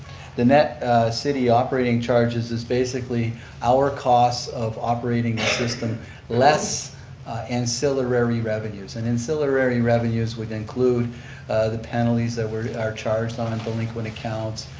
the net city operating charges is basically our costs of operating the system less ancillary revenues. and ancillary revenues would include the penalties that were charged on and delinquent accounts,